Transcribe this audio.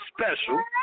special